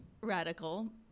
radical